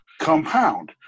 compound